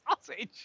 Sausage